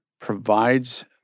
provides